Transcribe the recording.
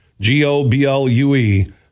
G-O-B-L-U-E